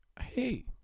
hey